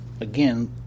again